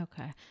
Okay